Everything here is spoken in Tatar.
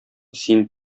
син